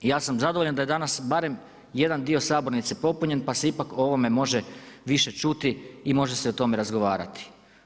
Ja sam zadovoljan da je danas barem jedan dio sabornice popunjen pa se ipak o ovome može više čuti i može se o tome razgovarati.